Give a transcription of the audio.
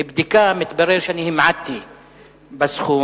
מבדיקה התברר שאני המעטתי בסכום: